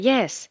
Yes